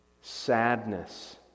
sadness